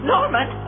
Norman